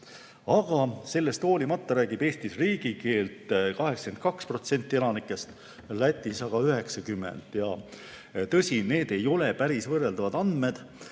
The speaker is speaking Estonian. Aga sellest hoolimata räägib Eestis riigikeelt 82% elanikest, Lätis aga 90%. Tõsi, need ei ole päris võrreldavad andmed,